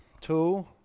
two